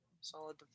Solid